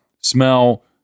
smell